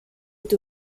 est